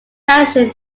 addition